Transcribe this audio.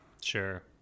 sure